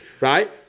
right